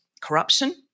corruption